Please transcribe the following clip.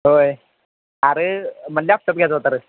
होय अरे मला लॅपटॉप घ्यायचा होता रे